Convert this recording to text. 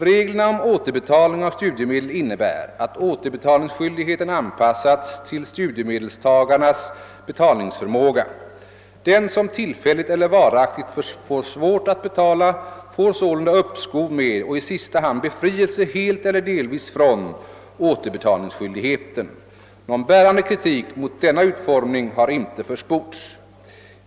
Reglerna om återbetalning av studiemedel innebär att återbetalningsskyldigheten anpassats till studiemedelstagarnas betalningsförmåga. Den som tillfälligt eller varaktigt får svårt att betala får sålunda uppskov med och i sista hand befrielse helt eller delvis från återbetalningsskyldigheten. Någon bärande kritik mot denna utformning har inte försports.